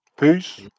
Peace